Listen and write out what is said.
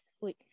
food